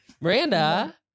Miranda